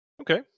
Okay